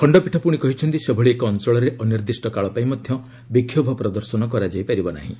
ଖଣ୍ଡପୀଠ ପୁଣି କହିଛନ୍ତି ସେଭଳି ଏକ ଅଞ୍ଚଳରେ ଅନିର୍ଦ୍ଦିଷ୍ଟକାଳ ପାଇଁ ମଧ୍ୟ ବିକ୍ଷୋଭ ପ୍ରଦର୍ଶନ କରାଯାଇ ପାରିବ ନାହିଁ